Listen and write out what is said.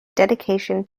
dedication